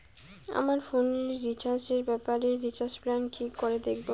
আমার ফোনে রিচার্জ এর ব্যাপারে রিচার্জ প্ল্যান কি করে দেখবো?